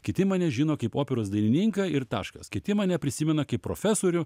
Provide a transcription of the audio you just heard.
kiti mane žino kaip operos dainininką ir taškas kiti mane neprisimena kaip profesorių